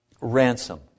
ransom